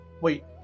Wait